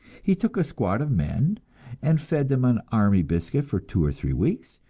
he took a squad of men and fed them on army biscuit for two or three weeks,